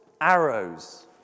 arrows